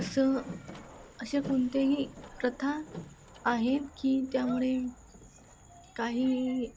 असं अशा कोणत्याही प्रथा आहेत की त्यामुळे काही